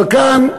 אבל כאן,